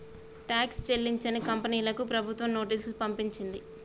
tax చెల్లించని కంపెనీలకు ప్రభుత్వం నోటీసులు పంపించింది